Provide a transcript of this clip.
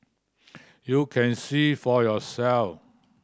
you can see for yourselves